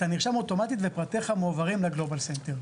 אתם נרשם אוטומטית ופרטיך מועברים לגלובאל סנטר.